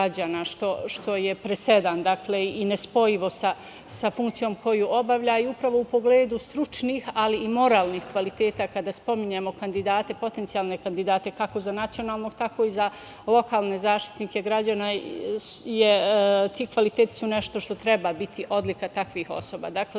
što je presedan i nespojivo sa funkcijom koju obavlja. Upravo u pogledu stručnih, ali i moralnih kvaliteta, kada spominjemo potencijalne kandidate, kako za nacionalne tako i za lokalne zaštitnike građana, ti kvaliteti su nešto što treba biti odlika takvih osoba. Dakle,